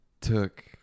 took